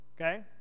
okay